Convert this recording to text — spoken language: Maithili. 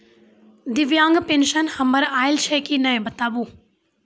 दिव्यांग पेंशन हमर आयल छै कि नैय बताबू?